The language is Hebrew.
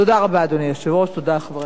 תודה רבה, אדוני היושב-ראש, תודה לחברי הכנסת.